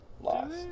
lost